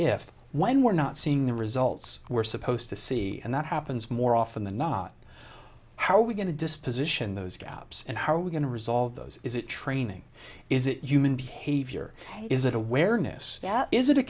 if when we're not seeing the results we're supposed to see and that happens more often than not how are we going to disposition those gaps and how are we going to resolve those is it training is it human behavior is it awareness is it a